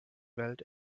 welt